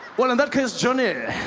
well in that case johnny